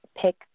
pick